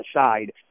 aside